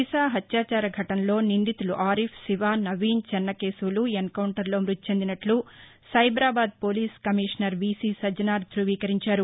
దిశా హత్యాచార ఘటన లో నిందితులు అరిఫ్ శివ నవీన్ చెన్నకేశవులు ఎన్కౌంటర్లో మృతి చెందినట్లు Cyberabad police commissioner V C Sajjanar ద్రువీకరించారు